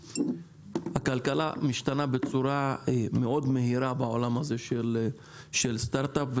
הכלכלה משתנה בצורה מאוד מהירה בעולם הזה של סטארט-אפ,